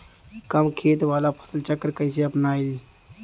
कम खेत वाला फसल चक्र कइसे अपनाइल?